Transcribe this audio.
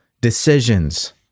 Decisions